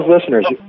listeners